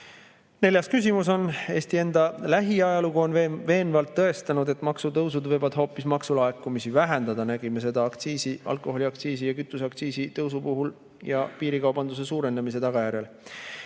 Neljas küsimus on [järgmine]. Eesti enda lähiajalugu on veenvalt tõestanud, et maksutõusud võivad maksulaekumisi hoopis vähendada. Nägime seda alkoholiaktsiisi ja kütuseaktsiisi tõusu puhul ning piirikaubanduse suurenemise tagajärjel.